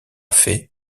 fait